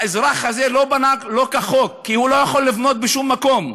האזרח הזה בנה לא כחוק כי הוא לא יכול לבנות בשום מקום,